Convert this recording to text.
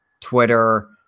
Twitter